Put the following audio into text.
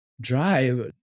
drive